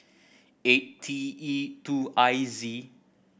eight T E two I Z